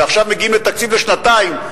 ועכשיו מגיעים לתקציב לשנתיים,